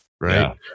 right